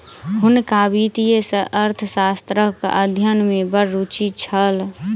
हुनका वित्तीय अर्थशास्त्रक अध्ययन में बड़ रूचि छल